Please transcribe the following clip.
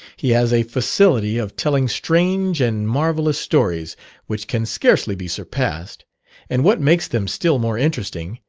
he has a facility of telling strange and marvellous stories which can scarcely be surpassed and what makes them still more interesting,